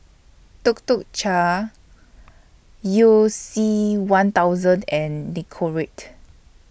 Tuk Tuk Cha YOU C one thousand and Nicorette